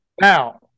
Now